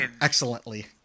excellently